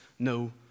no